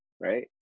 right